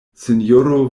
sinjoro